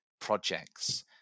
projects